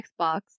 Xbox